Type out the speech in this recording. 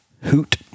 Hoot